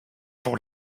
pour